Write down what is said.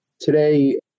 Today